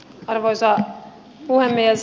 arvoisa puhemies